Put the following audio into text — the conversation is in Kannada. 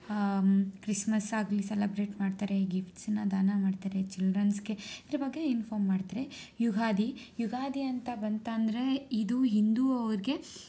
ಕ್ರಿಸ್ಮಸ್ಸಾಗಲಿ ಸೆಲಬ್ರೇಟ್ ಮಾಡ್ತಾರೆ ಈ ಗಿಫ್ಟ್ಸನ್ನ ದಾನ ಮಾಡ್ತಾರೆ ಚಿಲ್ಡ್ರನ್ಸ್ಗೆ ಇದರ ಬಗ್ಗೆ ಇನ್ಫಾರ್ಮ್ ಮಾಡ್ತಾರೆ ಯುಗಾದಿ ಯುಗಾದಿ ಅಂತ ಬಂತಂದರೆ ಇದು ಹಿಂದೂ ಅವ್ರಿಗೆ